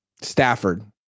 Stafford